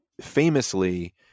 famously